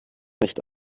nicht